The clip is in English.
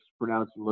pronounced